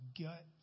gut